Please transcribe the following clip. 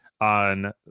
on